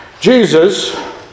Jesus